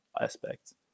aspects